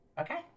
Okay